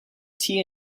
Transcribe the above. tea